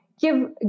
give